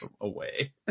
away